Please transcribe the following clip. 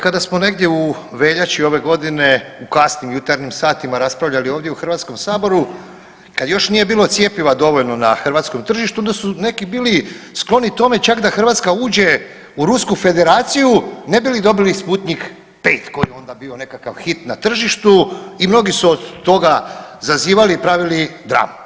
Kada smo negdje u veljači ove godine u kasnim jutarnjim satima raspravljali ovdje u HS, kad još nije bilo cjepiva dovoljno na hrvatskom tržištu, onda su neki bili skloni tome čak da Hrvatska uđe u Rusku Federaciju ne bi li dobili Sputnik V koji je onda bio nekakav hit na tržištu i mnogi su od toga zazivali i pravili dramu.